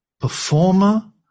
performer